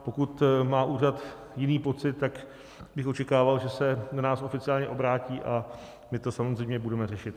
Pokud má úřad jiný pocit, tak bych očekával, že se nás oficiálně obrátí, a my to samozřejmě budeme řešit.